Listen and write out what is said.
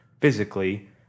physically